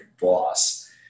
boss